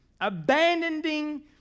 abandoning